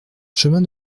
chemin